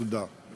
תודה.